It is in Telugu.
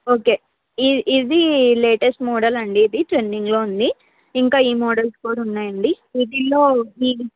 ఓకే ఈ ఇది లేటెస్ట్ మోడల్ అండి ఇది ట్రెండింగ్లో ఉంది ఇంకా ఈ మోడల్స్ కూడా ఉన్నాయండి వీటిల్లో బిల్